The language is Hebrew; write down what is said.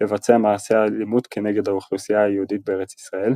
לבצע מעשי אלימות כנגד האוכלוסייה היהודית בארץ ישראל,